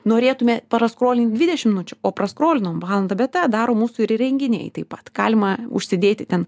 norėtume praskrolinti dvidešimt minučių o praskolinom valandą bet tą daro mūsų ir įrenginiai taip pat galima užsidėti ten